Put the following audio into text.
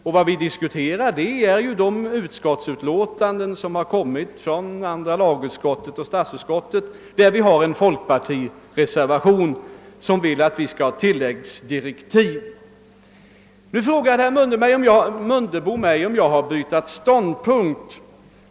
Vad vi här diskuterar är statsutskottets och andra lagutskottets utlåtanden och den folkpartireservation i vilken man yrkar på tilläggsdirektiv. Herr Mundebo frågade om jag har bytt ståndpunkt.